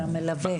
המחקר המלווה.